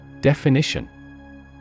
Definition